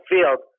Field